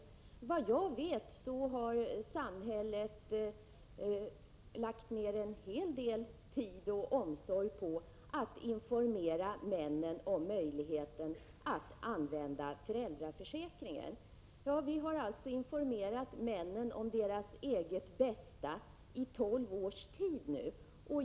Såvitt jag vet har samhället lagt ned en hel del tid och omsorg på att informera männen om möjligheten att använda föräldraförsäkringen. Vi har informerat männen om deras eget bästa i tolv års tid.